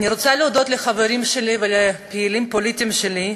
אני רוצה להודות לחברים שלי ולפעילים הפוליטיים שלי,